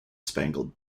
spangled